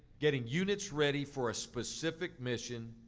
getting units ready for a specific mission,